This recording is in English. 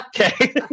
okay